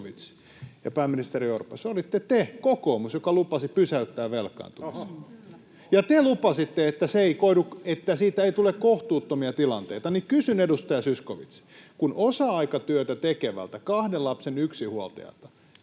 ja pääministeri Orpo, se olitte te, kokoomus, joka lupasi pysäyttää velkaantumisen. Te lupasitte, että siitä ei tule kohtuuttomia tilanteita. Ja kysyn, edustaja Zyskowicz: kun osa-aikatyötä tekevältä kahden lapsen yksinhuoltajalta,